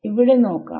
ഇവിടെ നോക്കാം